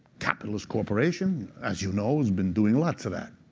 capitalist corporation, as you know, has been doing lots of that.